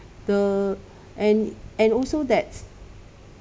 the and and also that